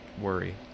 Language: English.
worry